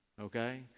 Okay